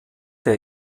der